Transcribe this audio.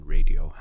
Radio